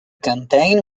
campaign